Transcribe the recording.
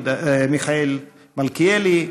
מיכאל מלכיאלי,